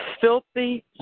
filthy